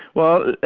well,